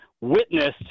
witnessed